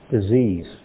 disease